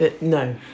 No